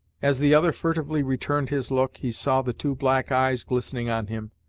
as the other furtively returned his look, he saw the two black eyes glistening on him,